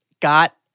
Got